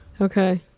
Okay